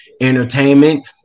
entertainment